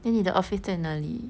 then 你的 office 在哪里